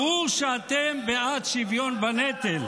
ברור שאתם בעד שוויון בנטל,